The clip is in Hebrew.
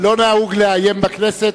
לא נהוג לאיים בכנסת.